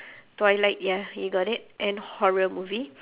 twilight ya you got it and horror movie